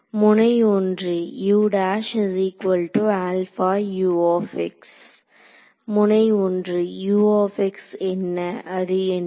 முனை 1 முனை 1 என்ன அது என்னது